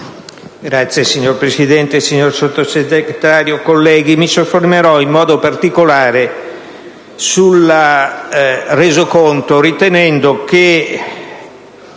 *(PD)*. Signor Presidente, signor Sottosegretario, colleghi, mi soffermerò in modo particolare sul rendiconto, ritenendo che